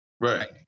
Right